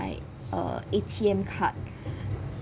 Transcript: err A_T_M card